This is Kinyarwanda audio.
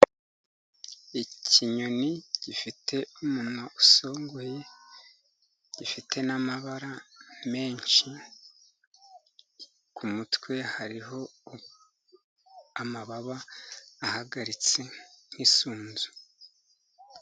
Ikinyoni gifite umunwa usongoye, gifite n'amabara menshi ku mutwe hariho amababa ahagaritse nk'isunzu.